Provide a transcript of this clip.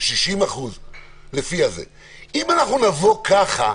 אם נבוא כך,